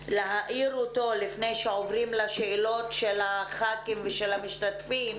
להאיר אותו לפני שעוברים לשאלות של הח"כים ושל המשתתפים,